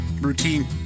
Routine